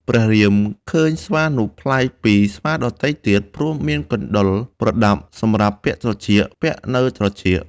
ព្រះរាម ឃើញស្វានោះប្លែកពីស្វាដទៃទៀត ព្រោះមាន កុណ្ឌល (ប្រដាប់សម្រាប់ពាក់ត្រចៀក) ពាក់នៅត្រចៀក។